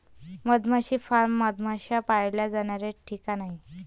मधमाशी फार्म मधमाश्या पाळल्या जाण्याचा ठिकाण आहे